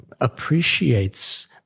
appreciates